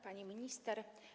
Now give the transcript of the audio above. Pani Minister!